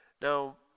Now